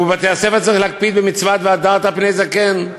ושבבתי-הספר צריך להקפיד במצוות "והדרת פני זקן",